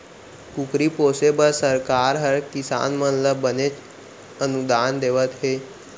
कुकरी पोसे बर सरकार हर किसान मन ल बनेच अनुदान देवत हे